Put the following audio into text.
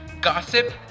gossip